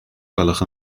gwelwch